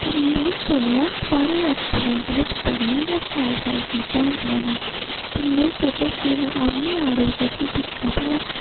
ते में सुनेआ थुआढ़े रैस्टोरेंट बिच बड़ियां गै शैल शैल चीजां होंदियां न ते में सोचेआ कि नां अम्मीं आडर्र करियै दिक्खां भलां